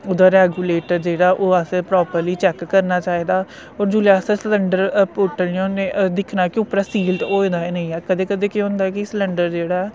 ओह्दा रेगुलेटर जेह्ड़ा ऐ ओह् असें प्रापर्ली चेक करना चाहिदा और जोल्लै अस सिलंडर पुट्टने हुन्ने दिक्खना कि उप्पर सील होए दा नेई कदें कदें केह् हुंदा कि सिलंडर जेह्ड़ा ऐ